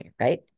right